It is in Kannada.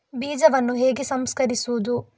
ಬೀಜವನ್ನು ಹೇಗೆ ಸಂಸ್ಕರಿಸುವುದು?